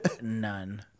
None